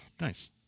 Nice